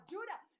Judah